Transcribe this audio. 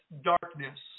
darkness